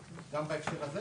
יצהיר,